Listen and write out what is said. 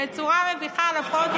בצורה מביכה על הפודיום?